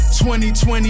2020